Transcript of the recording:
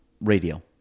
radio